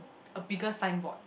a bigger sign board